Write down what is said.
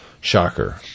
Shocker